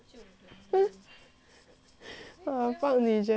!wah! fuck 你 jessie eh what the fuck